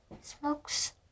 smokes